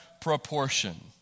proportion